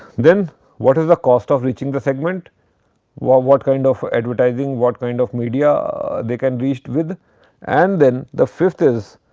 then what is the cost of reaching the segment what what kind of advertising, what kind of media they can reached with and then the fifth is